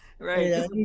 Right